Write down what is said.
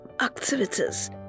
activities